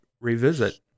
revisit